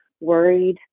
worried